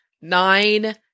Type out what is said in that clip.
nine